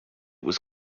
was